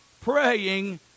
praying